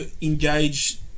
engage